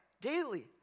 Daily